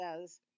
says